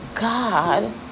God